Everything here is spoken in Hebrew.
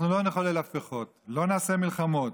אנחנו לא נחולל הפיכות, לא נעשה מלחמות,